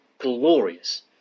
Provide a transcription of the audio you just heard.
glorious